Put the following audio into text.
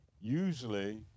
usually